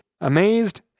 amazed